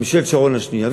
בממשלת שרון השנייה,